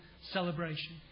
celebration